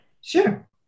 Sure